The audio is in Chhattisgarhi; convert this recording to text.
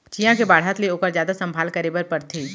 चियॉ के बाढ़त ले ओकर जादा संभाल करे बर परथे